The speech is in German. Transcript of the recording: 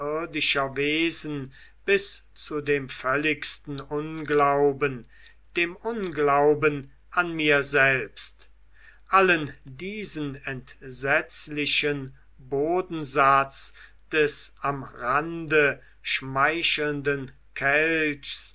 wesen bis zu dem völligsten unglauben dem unglauben an mir selbst allen diesen entsetzlichen bodensatz des am rande schmeichelnden kelchs